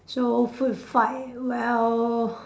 so food fight well